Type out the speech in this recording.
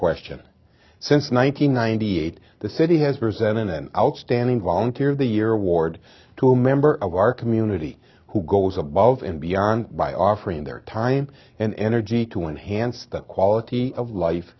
question since one nine hundred ninety eight the city has presented an outstanding volunteer of the year award to a member of our community who goes above and beyond by offering their time and energy to enhance the quality of life